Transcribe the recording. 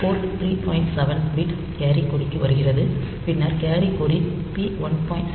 7 bit carry கொடிக்கு வருகிறது பின்னர் கேரி கொடி பி1